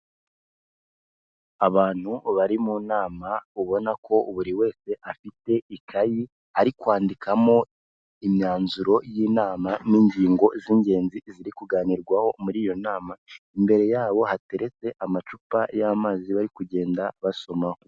Abantu bari mu nama ubona ko buri wese afite ikayi ari kwandikamo imyanzuro y'inama n'ingingo z'ingenzi ziri kuganirwaho muri iyo nama. Imbere yabo hateretse amacupa y'amazi bari kugenda basomaho.